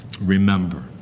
remember